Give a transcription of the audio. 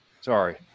Sorry